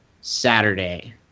Saturday